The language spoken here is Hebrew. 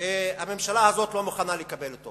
הממשלה הזאת לא מוכנה לקבל.